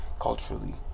culturally